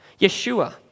Yeshua